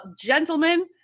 gentlemen